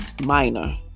minor